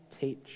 teach